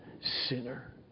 sinner